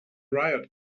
riot